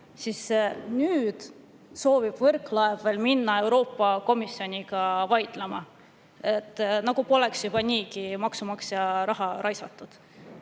siis nüüd soovib Võrklaev veel minna Euroopa Komisjoniga vaidlema, nagu poleks juba niigi maksumaksja raha raisatud.